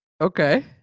Okay